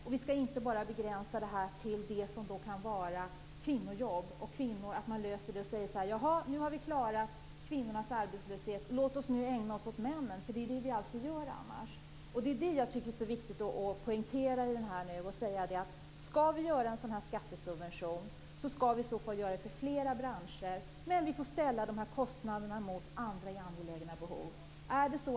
Vi skall inte begränsa det hela till kvinnojobb. Man kan därmed inte säga: Nu har vi klarat kvinnornas arbetslöshet - låt oss nu ägna oss åt männens. Det är så vi annars alltid gör. Det är viktigt att poängtera att om vi skall genomföra en skattesubvention, skall den avse flera branscher. Dessutom skall kostnaderna ställas mot andra angelägna behov.